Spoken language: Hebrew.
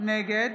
נגד